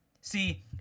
See